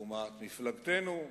לעומת מפלגתנו,